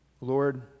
Lord